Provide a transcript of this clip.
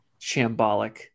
shambolic